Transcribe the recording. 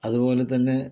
അതുപോലെതന്നെ